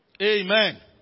Amen